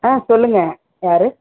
ஆ சொல்லுங்கள் யார்